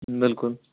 بِلکُل